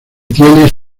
tienes